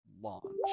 launch